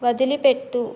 వదిలిపెట్టు